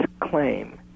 claim